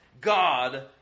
God